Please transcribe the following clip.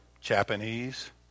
Japanese